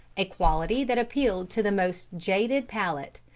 a quality that appealed to the most jaded palate,